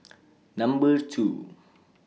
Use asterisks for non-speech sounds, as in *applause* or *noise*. *noise* Number two